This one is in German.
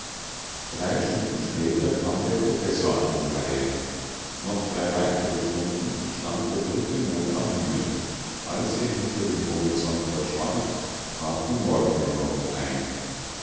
drei stunden später kam der professor an die reihe noch drei weitere stunden stand der dritte mond am himmel als er hinter dem horizont verschwand trat die morgendämmerung ein